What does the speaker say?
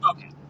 Okay